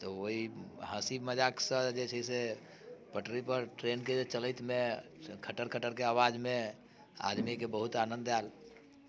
तऽ ओहि हँसी मजाक से जे छै से पटरी पर ट्रेनके चलैतमे खटर खटरके आवाजमे आदमीके बहुत आनंद आएल